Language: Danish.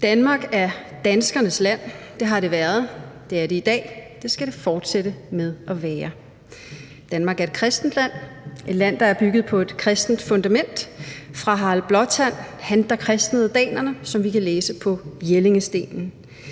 Danmark er danskernes land. Det har det været, det er det i dag, og det skal det fortsætte med at være. Danmark er et kristent land, et land, der er bygget på et kristent fundament lige fra Harald Blåtand – ham, der kristnede danerne, som vi kan læse på Jellingstenen